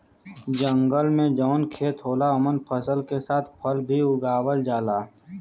जंगल में जौन खेत होला ओमन फसल के साथ फल भी उगावल जाला